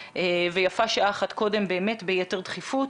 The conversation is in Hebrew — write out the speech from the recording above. ויפה שעה אחת קודם באמת ביתר דחיפות.